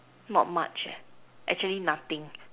not much actually nothing